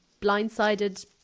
blindsided